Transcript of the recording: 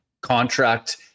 contract